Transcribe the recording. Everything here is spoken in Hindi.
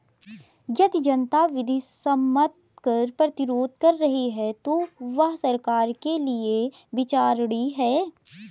यदि जनता विधि सम्मत कर प्रतिरोध कर रही है तो वह सरकार के लिये विचारणीय है